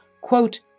quote